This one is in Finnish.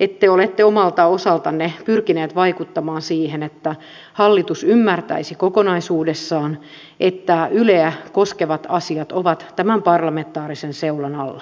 että te olette omalta osaltanne pyrkineet vaikuttamaan siihen että hallitus ymmärtäisi kokonaisuudessaan että yleä koskevat asiat ovat tämän parlamentaarisen seulan alla